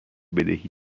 بدهی